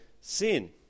sin